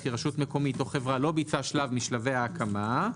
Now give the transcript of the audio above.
כי רשות מקומית או חברה לא ביצע שלב משלבי ההקמה,